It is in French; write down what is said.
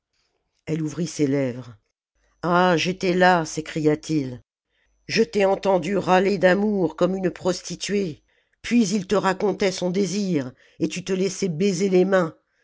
elle ouvrit ses lèvres ah j'étais là s'écria-t-il je t'ai entendue râler d'amour comme une prostituée puis il te racontait son désir et tu te laissais baiser les mains